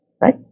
right